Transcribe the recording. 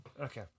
Okay